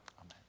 Amen